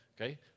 Okay